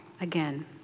again